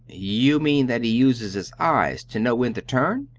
you mean that he uses his eyes to know when to turn?